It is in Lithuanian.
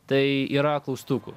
tai yra klaustukų